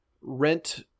rent